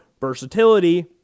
Versatility